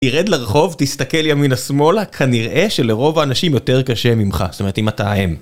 תירד לרחוב, תסתכל ימינה-שמאלה, כנראה שלרוב האנשים יותר קשה ממך, זאת אומרת אם אתה...